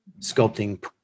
sculpting